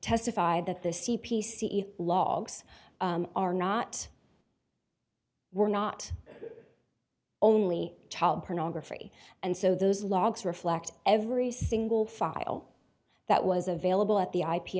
testify that the c p c logs are not were not only child pornography and so those logs reflect every single file that was available at the